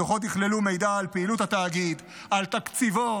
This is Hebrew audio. הדוחות יכללו מידע על פעילות התאגיד, על תקציבו